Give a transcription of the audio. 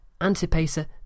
Antipater